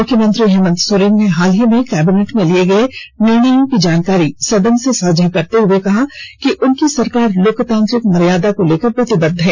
मुख्यमंत्री हेमंत सोरेन ने हाल ही में कैबिनेट में लिए गए निर्णयों की जानकारी सदन से साझा करते हुए कहा कि उनकी सरकार लोकतांत्रिक मर्यादा को लेकर प्रतिबद्ध है